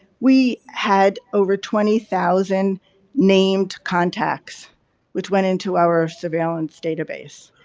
we had over twenty thousand named contacts which went into our surveillance database.